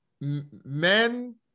men